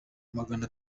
magana